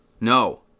No